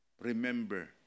Remember